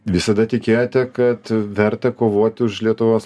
visada tikėjote kad verta kovoti už lietuvos